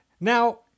Now